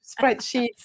spreadsheets